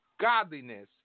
godliness